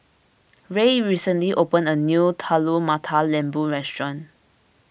Ray recently opened a new Telur Mata Lembu restaurant